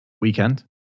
weekend